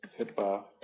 hipaa